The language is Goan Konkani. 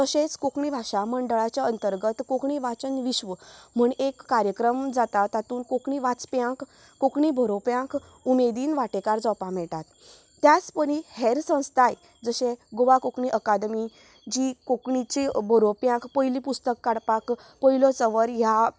तातूंत तशेंच कोंकणी भाशा मंडळाच्या अंतर्गत कोंकणी वाचन विश्व म्हण एक कार्यक्रम जाता तातूंत कोंकणी वाचप्यांक कोंकणी बरोवप्यांक उमेदीन वांटेकार जावपाक मेळटा त्या परी हेर संस्थाय जशें गोवा कोंकणी अकादमी जी कोंकणीची बरोवप्यांक पयलीं पुस्तक काडपाक पयलो चंवर ह्या